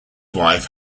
wife